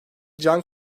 can